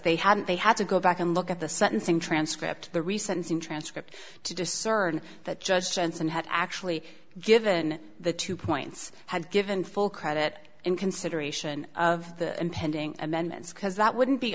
they had they had to go back and look at the sentencing transcript the recent scene transcript to discern that judge johnson had actually given the two points had given full credit in consideration of the impending amendments because that